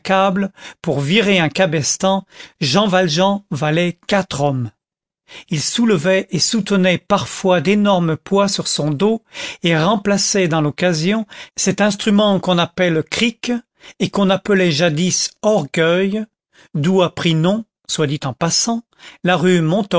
pour virer un cabestan jean valjean valait quatre hommes il soulevait et soutenait parfois d'énormes poids sur son dos et remplaçait dans l'occasion cet instrument qu'on appelle cric et qu'on appelait jadis orgueil d'où a pris nom soit dit en passant la rue